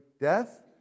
death